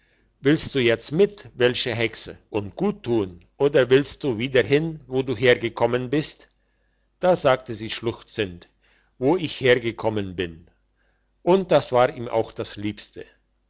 willst du jetzt mit welsche hexe und guttun oder willst du wieder hin wo du hergekommen bist da sagte sie schluchzend wo ich hergekommen bin und das war ihm auch das liebste